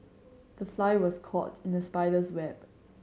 the fly was caught in the spider's web